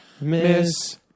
Miss